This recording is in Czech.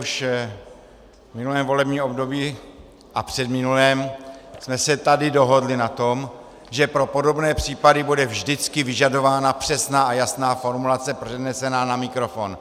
V minulém volebním období a předminulém jsme se tady dohodli na tom, že pro podobné případy bude vždycky vyžadována přesná a jasná formulace přednesená na mikrofon.